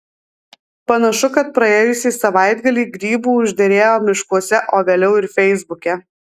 panašu kad praėjusį savaitgalį grybų užderėjo miškuose o vėliau ir feisbuke